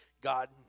God